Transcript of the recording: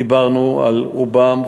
דיברנו על רובם,